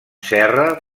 serra